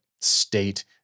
state